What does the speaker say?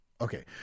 Okay